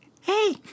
Hey